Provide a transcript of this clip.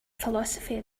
philosophy